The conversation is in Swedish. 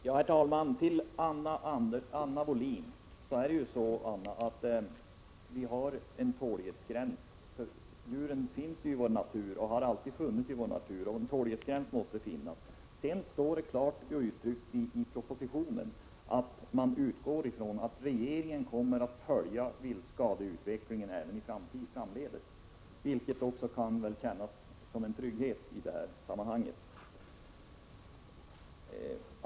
Herr talman! Det måste finnas en tålighetsgräns, Anna Wohlin-Andersson —- djuren finns och har alltid funnits i naturen. Det står klart uttryckt i betänkandet att utskottet utgår från att regeringen följer viltskadornas omfattning även framdeles, vilket också kan kännas som en trygghet i sammanhanget.